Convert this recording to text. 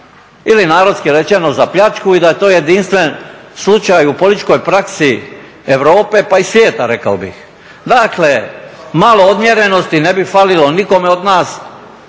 ili narodski rečeno za pljačku i da je to jedinstven slučaj u političkoj praksi Europe pa i svijeta rekao bih. Dakle, malo odmjerenosti ne bi falilo nikome od nas.